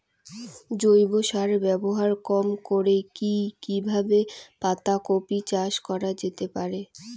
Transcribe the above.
জৈব সার ব্যবহার কম করে কি কিভাবে পাতা কপি চাষ করা যেতে পারে?